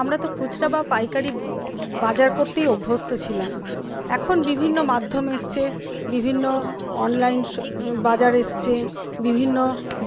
আমরা তো খুচরা বা পাইকারি বাজার করতেই অভ্যস্ত ছিলাম এখন বিভিন্ন মাধ্যম এসেছে বিভিন্ন অনলাইন বাজার এসছে বিভিন্ন